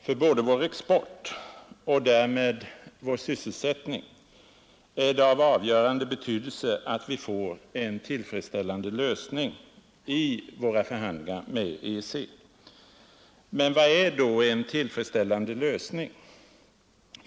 För vår export och därmed för vår sysselsättning är det av avgörande betydelse att vi får en tillfredsställande lösning i våra förhandlingar med EEC. Men vad är då en tillfredsställande lösning?